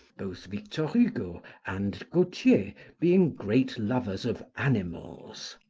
both victor hugo and gautier being great lovers of animals,